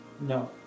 No